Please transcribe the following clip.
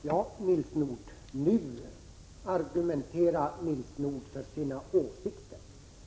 Fru talman! Ja, nu argumenterar Nils Nordh för sina åsikter.